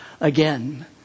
again